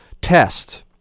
test